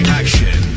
action